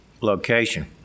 location